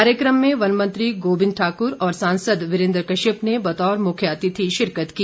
कार्यक्रम में वन मंत्री गोविंद ठाकुर और सांसद वीरेन्द्र कश्यप ने बतौर मुख्य अतिथि शिरकत की